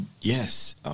yes